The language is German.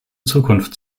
zukunft